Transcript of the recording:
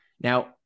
Now